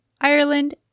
Ireland